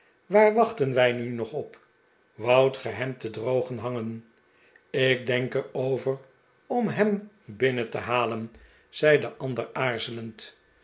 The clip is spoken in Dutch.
waar wachten wij nu nog op woudt ge hem te drogen hangen ik denk er over om hem binnen te halen zei de ander aarzelend